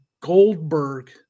Goldberg